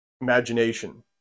Imagination